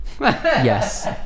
yes